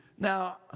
Now